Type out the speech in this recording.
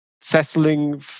settling